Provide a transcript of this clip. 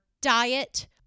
diet